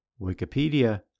Wikipedia